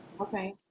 okay